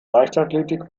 leichtathletik